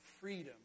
freedom